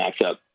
matchup